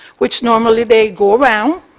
which normally they go around,